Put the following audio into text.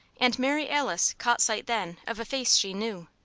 and mary alice caught sight then of a face she knew.